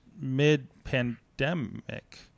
mid-pandemic